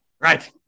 Right